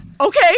Okay